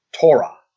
Torah